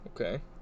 Okay